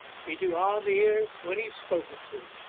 he do hardly hear when he's spoken to,